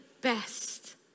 best